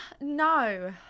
No